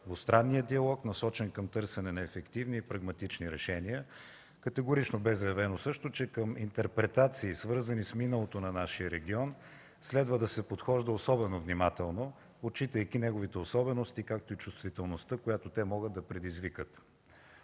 двустранния диалог, насочен към търсене на ефективни и прагматични решения. Категорично бе заявено също, че към интерпретации, свързани с миналото на нашия регион, следва да се подхожда особено внимателно, отчитайки неговите особености, както и чувствителността, която те могат да предизвикат